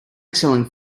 selling